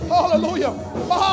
Hallelujah